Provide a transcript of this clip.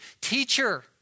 teacher